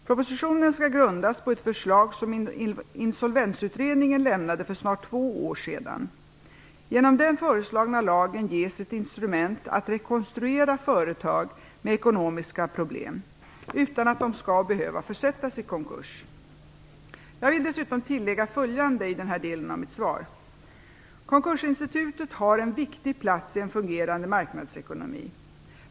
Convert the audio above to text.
Propositionen skall grundas på ett förslag som Insolvensutredningen lämnade för snart två år sedan. Genom den föreslagna lagen ges ett instrument att rekonstruera företag med ekonomiska problem, utan att de skall behöva försättas i konkurs. Jag vill dessutom tillägga följande i denna del av mitt svar. Konkursinstitutet har en viktig plats i en fungerande marknadsekonomi.